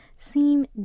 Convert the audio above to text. seem